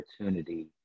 opportunity